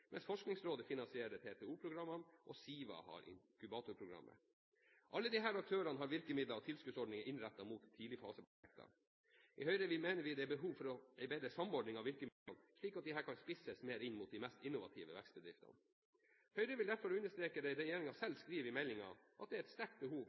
mens Forskningsrådet finansierer TTO-programmene og SIVA inkubatorprogrammet. Alle disse aktørene har virkemidler og tilskuddsordninger innrettet mot tidligfaseprosjekter. I Høyre mener vi det er behov for en bedre samordning av virkemidlene, slik at disse kan spisses mer inn mot de mest innovative vekstbedriftene. Høyre vil derfor understreke det regjeringen selv skriver i meldingen, at det er et sterkt behov